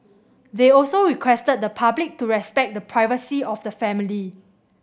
they also requested the public to respect the privacy of the family